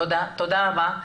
תודה רבה.